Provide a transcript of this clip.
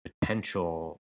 potential